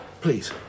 please